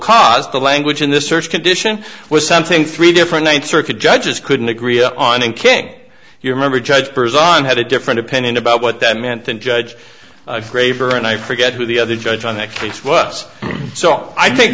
cause the language in this search condition was something three different ninth circuit judges couldn't agree on and king you remember judge presiding had a different opinion about what that meant than judge graver and i forget who the other judge on the case was so i think